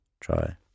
try